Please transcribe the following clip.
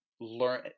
learn